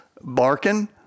Barking